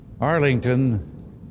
Arlington